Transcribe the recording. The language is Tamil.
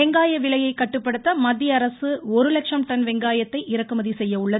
வெங்காய விலையை கட்டுப்படுத்த மத்தியஅரசு ஒருலட்சம் டன் வெங்காயத்தை இறக்குமதி செய்ய உள்ளது